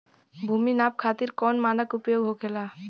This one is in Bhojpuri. भूमि नाप खातिर कौन मानक उपयोग होखेला?